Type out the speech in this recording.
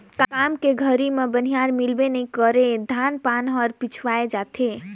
काम के घरी मे बनिहार मिलबे नइ करे धान पान हर पिछवाय जाथे